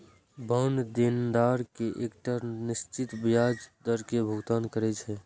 bond देनदार कें एकटा निश्चित ब्याज दर के भुगतान करै छै